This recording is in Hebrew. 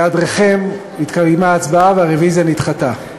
בהיעדרכם התקיימה הצבעה, והרוויזיה נדחתה.